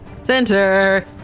Center